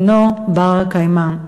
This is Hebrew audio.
אינו בר-קיימא.